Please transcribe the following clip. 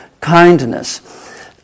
kindness